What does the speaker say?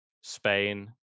Spain